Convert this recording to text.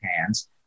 hands